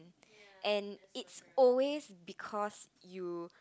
and it always because you